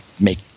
make